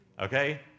Okay